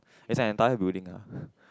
as an entire building ah